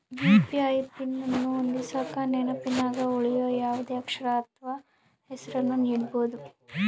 UPI PIN ಅನ್ನು ಹೊಂದಿಸಕ ನೆನಪಿನಗ ಉಳಿಯೋ ಯಾವುದೇ ಅಕ್ಷರ ಅಥ್ವ ಹೆಸರನ್ನ ನೀಡಬೋದು